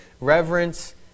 reverence